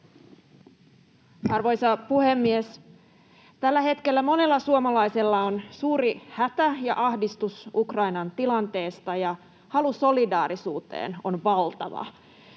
Arvoisa puhemies! Tällä hetkellä monella suomalaisella on suuri hätä ja ahdistus Ukrainan tilanteesta, ja halu solidaarisuuteen on valtava.